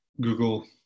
Google